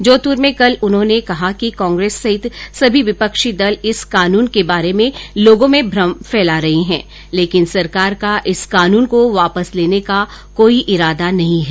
जोधप्र में कल उन्होंने कहा कि कांग्रेस सहित सभी विपक्षी दल इस कानून के बारे में लोगों में भ्रम फैला रहे हैं लेकिन सरकार का इस कानून को वापस लेने का कोई इरादा नहीं है